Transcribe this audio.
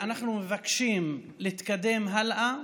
אנחנו מבקשים להתקדם הלאה,